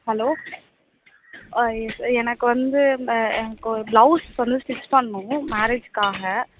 hello எனக்கு வந்து எனக்கொரு ப்ளௌஸ் வந்து ஸ்டிச் பண்ணணும் மேரேஜ்க்காக